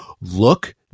look